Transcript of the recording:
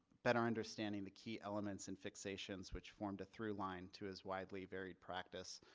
better understanding the key elements and fixations which formed a through line two is widely varied practice,